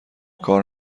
کار